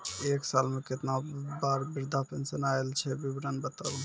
एक साल मे केतना बार वृद्धा पेंशन आयल छै विवरन बताबू?